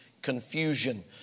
Confusion